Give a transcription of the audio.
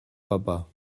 papa